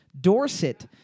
Dorset